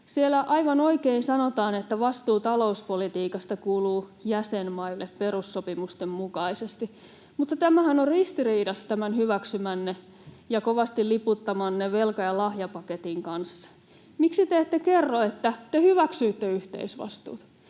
Siellä aivan oikein sanotaan, että vastuu talouspolitiikasta kuuluu jäsenmaille perussopimusten mukaisesti, mutta tämähän on ristiriidassa tämän hyväksymänne ja kovasti liputtamanne velka- ja lahjapaketin kanssa. Miksi te ette kerro, että te hyväksyitte yhteisvastuut?